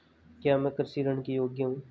क्या मैं कृषि ऋण के योग्य हूँ?